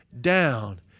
down